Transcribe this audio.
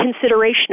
consideration